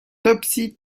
topsy